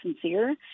sincere